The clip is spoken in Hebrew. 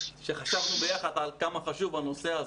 ושחשבנו ביחד עד כמה חשוב הנושא הזה,